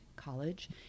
college